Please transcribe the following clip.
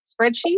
spreadsheet